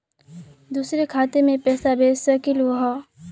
दुसरे खाता मैं पैसा भेज सकलीवह?